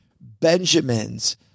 Benjamins